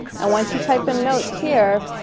and once you type in notes here,